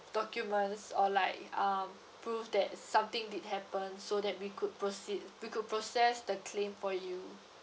documents or like um proof that something did happen so that we could proceed we could process the claim for you